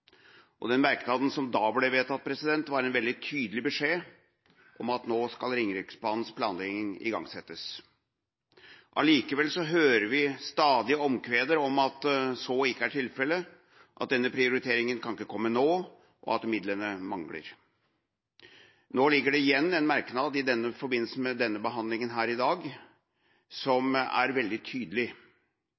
til den, og den merknaden som da ble vedtatt, var en veldig tydelig beskjed om at nå skal Ringeriksbanens planlegging igangsettes. Allikevel hører vi et stadig omkved om at så ikke er tilfellet, at denne prioriteringa ikke kan komme nå, og at midlene mangler. I innstillinga som vi behandler her i dag, er det i denne forbindelse en veldig tydelig